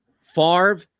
Favre